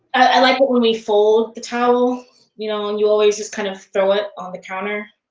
i like it when we fold the towel you know and you always just kind of throw it on the counter.